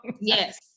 Yes